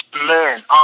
Man